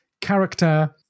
character